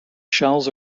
shells